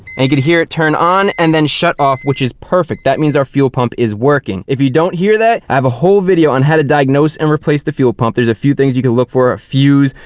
and you can hear it turn on and then shut off which is perfect. that means our fuel pump is working. if you don't hear that, i have a whole video on how to diagnose and replace the fuel pump. there's a few things you can look for. a fuse,